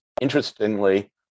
interestingly